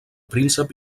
príncep